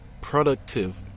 productive